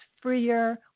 freer